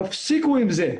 תפסיקו עם זה.